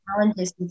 challenges